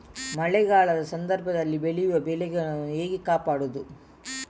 ಮಳೆಗಾಲದ ಸಂದರ್ಭದಲ್ಲಿ ಬೆಳೆಯುವ ಬೆಳೆಗಳನ್ನು ಹೇಗೆ ಕಾಪಾಡೋದು?